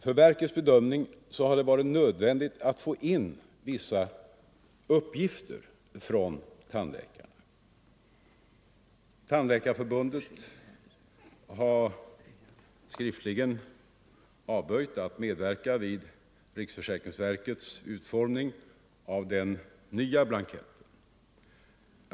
För verkets bedömning har det varit nödvändigt att få in vissa uppgifter från tandläkarna. Tandläkarförbundet har skriftligen avböjt att medverka vid riksförsäkringsverkets utformning av den nya blanketten.